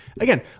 again